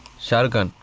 shah rukh khan,